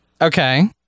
Okay